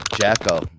Jacko